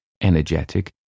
energetic